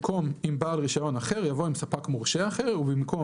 במקום "עם בעל רישיון אחר" יבוא "עם ספק מורשה אחר" ובמקום